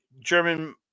German